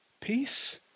Peace